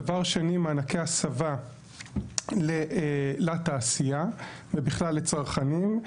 דבר שני, מענקי הסבה לתעשייה ובכלל לצרכנים,